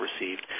received